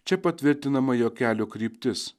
čia patvirtinama jo kelio kryptis